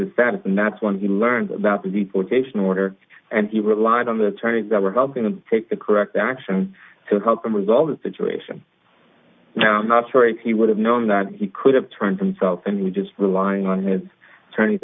a status and that's when he learned about the deportation order and he relied on the attorneys that were helping him take the correct action to help him resolve the situation now not sorry he would have known that he could have turned himself in we just relying on his attorney